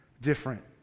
different